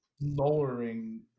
lowering